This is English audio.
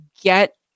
Get